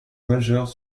majeure